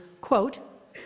quote